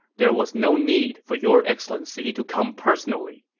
there was no need for your excellency to come personally.